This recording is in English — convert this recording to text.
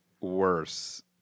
worse